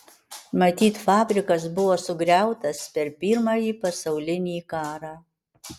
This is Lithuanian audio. matyt fabrikas buvo sugriautas per pirmąjį pasaulinį karą